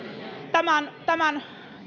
tämän tämän